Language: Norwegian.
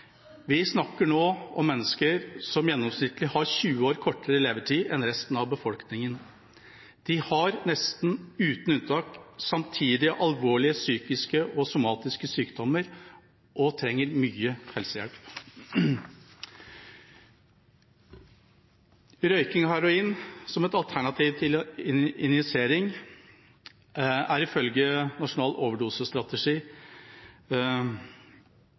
Vi snakker nå om mennesker som gjennomsnittlig har 20 år kortere levetid enn resten av befolkningen. De har nesten uten unntak samtidig alvorlige psykiske og somatiske sykdommer og trenger mye helsehjelp. Røyking av heroin, som et alternativ til injisering, er ifølge nasjonal overdosestrategi